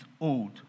old